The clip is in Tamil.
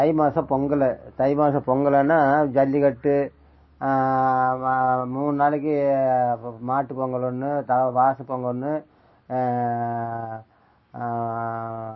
தை மாதம் பொங்கல் தை மாதம் பொங்கலன்னா ஜல்லிக்கட்டு மூணு நாளைக்கு மாட்டு பொங்கல் ஒன்று த வாசப்பொங்கல் ஒன்று